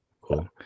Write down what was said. Cool